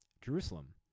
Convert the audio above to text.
jerusalem